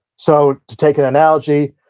so, to take an analogy,